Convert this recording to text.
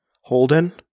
Holden